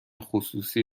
خصوصی